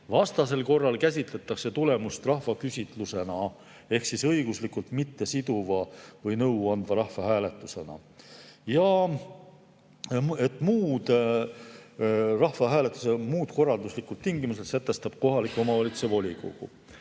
Vastasel korral käsitletakse tulemust rahvaküsitlusena ehk õiguslikult mittesiduva või nõuandva rahvahääletusena. Rahvahääletuse muud korralduslikud tingimused sätestab kohaliku omavalitsuse volikogu.